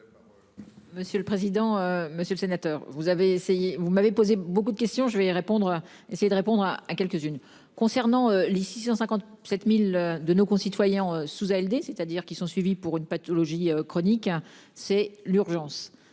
Monsieur le président, monsieur le sénateur, vous avez essayé, vous m'avez posé beaucoup de questions, je vais répondre. Essayer de répondre à quelques-unes concernant les 657.000 de nos concitoyens sous ALD c'est-à-dire qu'ils sont suivi pour une pathologie chronique c'est l'urgence.